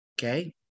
Okay